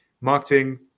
marketing